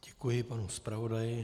Děkuji panu zpravodaji.